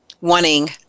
wanting